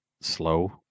slow